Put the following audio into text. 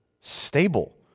stable